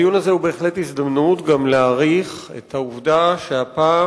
הדיון הזה הוא בהחלט הזדמנות גם להעריך את העובדה שהפעם,